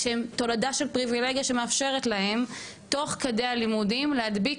כשזו תולדה של פריבילגיה שמאפשרת להם תוך כדי הלימודים להדביק